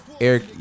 eric